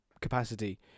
capacity